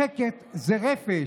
שקט זה רפש,